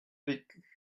vécu